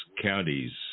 counties